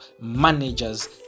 managers